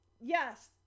yes